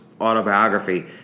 autobiography